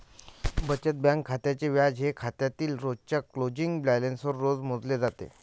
बचत बँक खात्याचे व्याज हे खात्यातील रोजच्या क्लोजिंग बॅलन्सवर रोज मोजले जाते